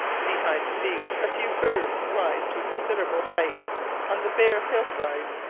behind the beach a few firs rise to a considerable height on the bare hill-sides,